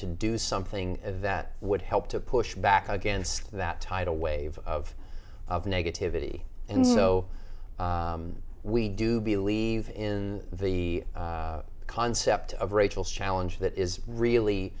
to do something that would help to push back against that tidal wave of of negativity and so we do believe in the concept of rachel's challenge that is really